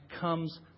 comes